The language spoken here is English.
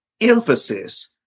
emphasis